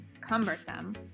cumbersome